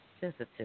sensitive